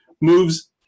moves